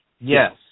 Yes